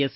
S